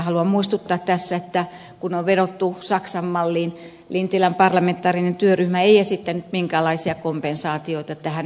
haluan muistuttaa tässä kun on vedottu saksan malliin että lintilän parlamentaarinen työryhmä ei esittänyt minkäänlaisia kompensaatioita tähän mediamaksuun